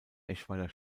eschweiler